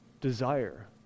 desire